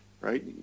right